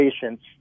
patients